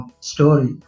story